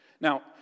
Now